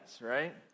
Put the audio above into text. right